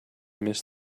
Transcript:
miss